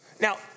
Now